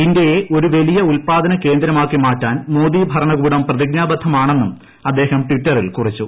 ഇന്ത്യയെ ഒരു വലിയ ഉൽപാദന കേന്ദ്രമാക്കി മാറ്റാൻ മോദി ഭരണകൂടം പ്രതിജ്ഞാബദ്ധമാണെന്നും അദ്ദേഹം ട്വിറ്ററിൽ കുറിച്ചു